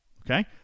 Okay